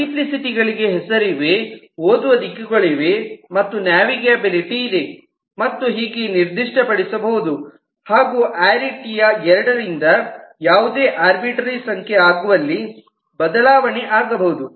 multiplicity ಗಳಿಗೆ ಹೆಸರಿವೆ ಓದುವ ದಿಕ್ಕುಗಳಿವೆ ಮತ್ತು ನ್ಯಾವಿಗೇಬಿಲಿಟಿ ಇದೆ ಮತ್ತು ಹೀಗೆ ನಿರ್ದಿಷ್ಟಪಡಿಸಬಹುದು ಹಾಗು ಅರಿಟಿ ಯು ಎರಡರಿಂದ ಯಾವುದೇ ಆರ್ಬಿಟ್ರೇರಿ ಸಂಖ್ಯೆ ಆಗುವಲ್ಲಿ ಬದಲಾವಣೆ ಆಗಬಹುದು